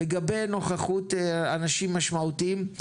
לגבי נוכחות אנשים משמעותיים,